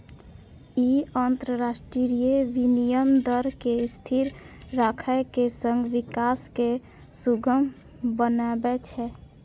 ई अंतरराष्ट्रीय विनिमय दर कें स्थिर राखै के संग विकास कें सुगम बनबै छै